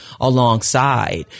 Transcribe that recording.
alongside